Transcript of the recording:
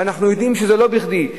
ואנחנו יודעים שזה לא בכדי.